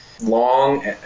Long